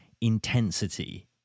intensity